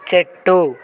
చెట్టు